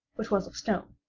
which was of stone.